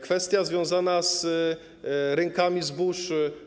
Kwestia związana z rynkami zbóż.